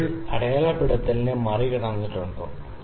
bubble അടയാളപ്പെടുത്തലിനെ മറികടന്നിട്ടുണ്ടോ